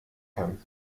kann